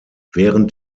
während